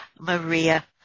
Maria